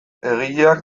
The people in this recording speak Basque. egileak